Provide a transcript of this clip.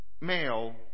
male